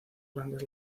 grandes